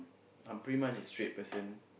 I'm pretty much a straight person